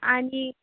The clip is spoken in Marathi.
आणि